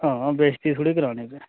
हां बेजती थोह्ड़ी करानी फिर